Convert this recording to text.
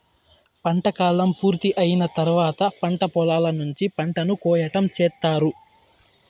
పంట కాలం పూర్తి అయిన తర్వాత పంట పొలాల నుంచి పంటను కోయటం చేత్తారు